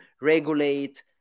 regulate